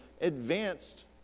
advanced